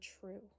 true